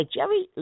Jerry